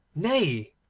nay,